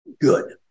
good